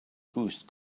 boost